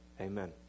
amen